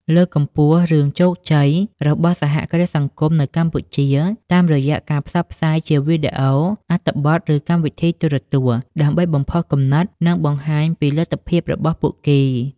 លើកកម្ពស់រឿងជោគជ័យ របស់សហគ្រាសសង្គមនៅកម្ពុជា តាមរយៈការផ្សព្វផ្សាយជាវីដេអូ អត្ថបទ ឬកម្មវិធីទូរទស្សន៍ ដើម្បីបំផុសគំនិត និងបង្ហាញពីលទ្ធភាពរបស់ពួកគេ ។